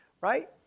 right